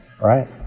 Right